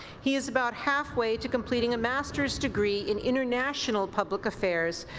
he is about halfway to completing a master's degree in international public affairs,